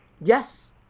yes